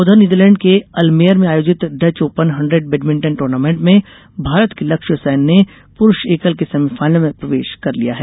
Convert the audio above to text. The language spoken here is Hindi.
उधर नीदरलैंड के अलमेयर में आयोजित Dutch open hundred badminton tournament में भारत के लक्ष्य सैन ने पुरूष एकल के सेमीफाइनल में प्रवेश कर लिया है